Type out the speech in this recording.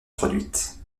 produite